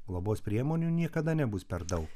globos priemonių niekada nebus per daug